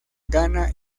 ghana